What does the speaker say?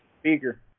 speaker